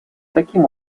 таким